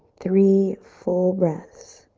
three full breaths.